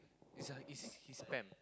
it's a is his fan